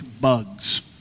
bugs